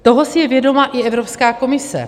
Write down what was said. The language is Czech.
Toho si je vědoma i Evropská komise.